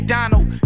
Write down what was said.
Donald